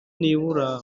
nibura